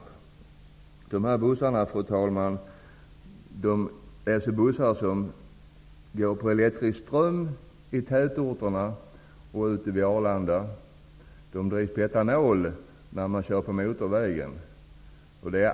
De här bussarna, fru talman, går på elektrisk ström i tätorterna och ute vid Arlanda. De drivs med etanol när man kör på motorväg.